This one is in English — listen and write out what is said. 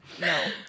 No